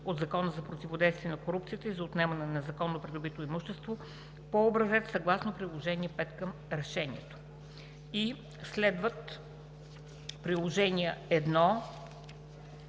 от Закона за противодействие на корупцията и за отнемане на незаконно придобитото имущество по образец съгласно Приложение № 5 към решението.“ Следват приложения №